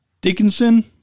Dickinson